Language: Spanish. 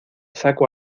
saco